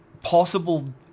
possible